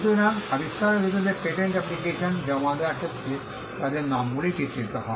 সুতরাং আবিষ্কারক হিসাবে পেটেন্ট অ্যাপ্লিকেশন জমা দেওয়ার ক্ষেত্রে তাদের নামগুলি চিত্রিত হয়